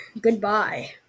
Goodbye